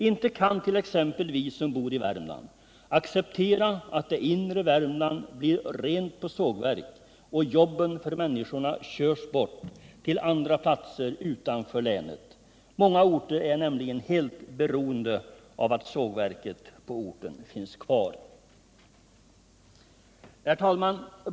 Inte kan t.ex. vi som bor i Värmland acceptera att det inre Värmland blir rent på sågverk och att jobben för människorna flyttas bort till andra platser utanför länet. Många orter är nämligen helt beroende av att sågverket på orten finns kvar. Herr talman!